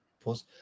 pause